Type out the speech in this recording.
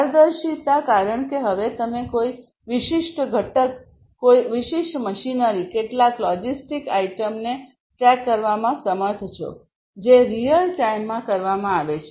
પારદર્શિતા કારણ કે હવે તમે કોઈ વિશિષ્ટ ઘટક કોઈ વિશિષ્ટ મશીનરી કેટલાક લોજિસ્ટિક આઇટમને ટ્રેક કરવામાં સમર્થ છો જે રીઅલ ટાઇમમાં કરવામાં આવે છે